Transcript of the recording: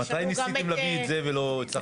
מתי ניסיתם להביא את זה ולא הצלחתם?